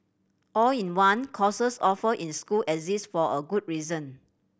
all in one courses offered in school exist for a good reason